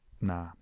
nah